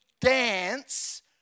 dance